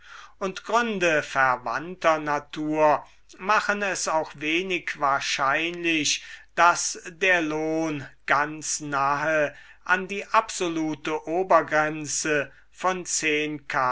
und gründe verwandter natur machen es auch wenig wahrscheinlich daß der lohn ganz nahe an die absolute obergrenze von